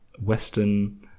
Western